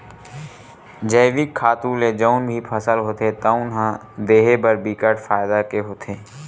जइविक खातू ले जउन भी फसल होथे तउन ह देहे बर बिकट फायदा के होथे